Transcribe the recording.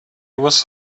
was